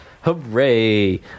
Hooray